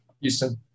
houston